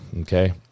Okay